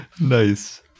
Nice